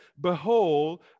Behold